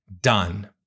done